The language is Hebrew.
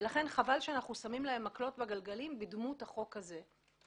לכן חבל שאנחנו שמים להם מקלות בגלגלים בדמות הצעת החוק הזאת.